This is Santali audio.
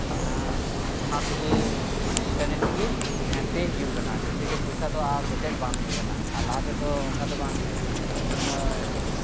ᱮᱸᱜ ᱚᱱᱟᱛᱮᱜᱮ ᱢᱟᱱᱮ ᱤᱱᱴᱟᱨᱱᱮᱴ ᱛᱮᱫᱚ ᱢᱟᱱᱮ ᱯᱮ ᱦᱩᱭᱩᱜ ᱠᱟᱱᱟ ᱟᱨᱠᱤ ᱡᱮᱭᱥᱮ ᱜᱮ ᱯᱚᱭᱥᱟ ᱫᱚ ᱟᱨ ᱡᱚᱴᱮᱫ ᱵᱟᱝ ᱦᱩᱭᱩᱜ ᱠᱟᱱᱟ ᱞᱟᱦᱟ ᱛᱮᱫᱚ ᱚᱱᱠᱟ ᱫᱚ ᱵᱟᱝ ᱛᱟᱦᱮᱸ ᱠᱟᱱᱟ ᱠᱳᱱᱳ